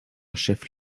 chef